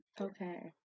Okay